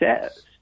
says